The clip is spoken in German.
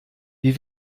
wie